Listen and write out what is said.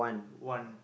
one